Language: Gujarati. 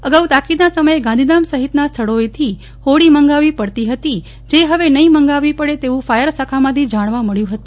અગાઉ તાકીદના સમયે ગાંધીધામ સહિતના સ્થળોએથી ફોડી મગાવવી પડતી ફતી જે ફવે નફીં મગાવવી પડે તેવું ફાયર શાખામાંથી જાણવા મળ્યું ફતું